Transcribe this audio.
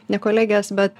ne kolegės bet